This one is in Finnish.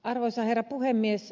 arvoisa herra puhemies